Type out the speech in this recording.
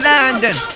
London